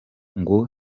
ngo